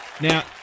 Now